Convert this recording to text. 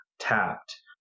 tapped